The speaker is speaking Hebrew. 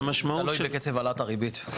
קצב העלאת הריבית.